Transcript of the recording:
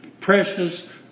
precious